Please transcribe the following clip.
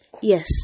Yes